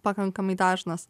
pakankamai dažnas